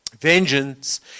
Vengeance